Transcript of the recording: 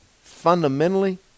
fundamentally